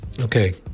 Okay